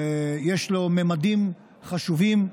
יש לו ממדים חשובים,